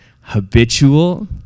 habitual